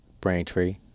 Braintree